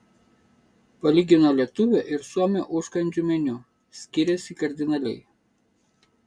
palygino lietuvio ir suomio užkandžių meniu skiriasi kardinaliai